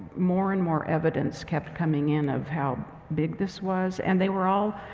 more and more evidence kept coming in of how big this was. and they were all,